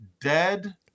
dead